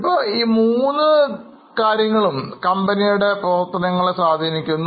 ഇപ്പോൾ ഈ മൂന്ന് ഘടകങ്ങളും കമ്പനിയുടെ പ്രവർത്തനത്തെ സ്വാധീനിക്കുന്നു